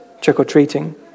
trick-or-treating